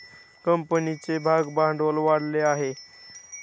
कंपनीचे भागभांडवल वाढले आहे